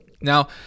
Now